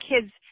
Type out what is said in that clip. kids